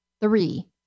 Three